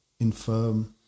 infirm